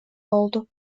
oldu